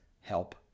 help